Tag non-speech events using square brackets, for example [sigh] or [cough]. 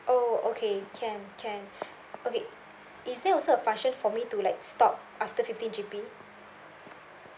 oh okay can can [breath] okay is there also a function for me to like stop after fifteen G_B